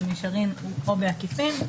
במישרין או בעקיפין,